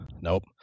nope